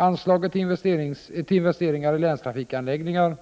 Anslaget till investeringar i länstrafikanläggningar,